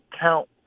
count